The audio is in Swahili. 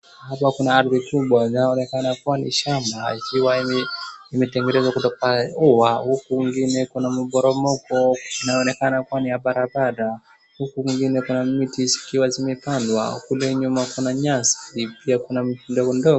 Hapa kuna ardhi kubwa linaloonekana kuwa ni shamba, ikiwa limetengenezwa kutokana ua. Huku kwingine kuna mporomoko inaonekana ni ya barabara. Huku kwingine kuna miti zikiwa zimepandwa. Kule nyuma kuna nyasi. Pia kuna miti ndogo ndogo.